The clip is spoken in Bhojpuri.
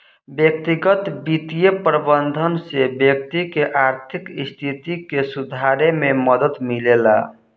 व्यक्तिगत बित्तीय प्रबंधन से व्यक्ति के आर्थिक स्थिति के सुधारे में मदद मिलेला